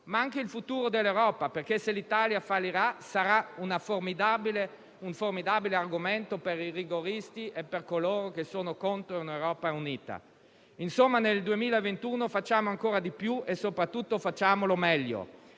ma anche il futuro dell'Europa: se l'Italia fallirà, sarà un formidabile argomento per i rigoristi e per coloro che sono contro un'Europa unita. Insomma, nel 2021 facciamo ancora di più, e soprattutto facciamolo meglio.